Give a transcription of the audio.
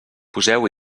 poseu